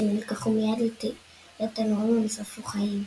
שנלקחו מיד לתנורים ונשרפו חיים.